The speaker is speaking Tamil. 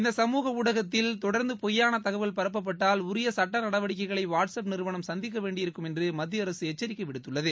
இந்த சமூக ஊடகத்தில் தொடர்ந்து பொய்யான தகவல் பரப்பப்பட்டால் உரிய சுட்ட நடவடிக்கைகளை வாட்ஸ் அப் நிறுவனம் சந்திக்க வேண்டியிருக்கும் என்று மத்திய அரசு எச்சரிக்கை விடுத்துள்ளது